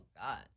god